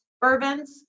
bourbons